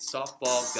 Softball